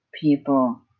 People